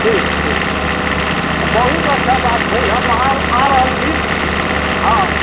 ठीक ठीक ठीक बहुत अच्छा बात छै हम आव आ रहल छी हँ